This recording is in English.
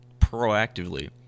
proactively